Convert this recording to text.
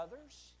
others